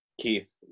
Keith